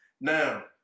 Now